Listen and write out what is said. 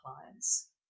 clients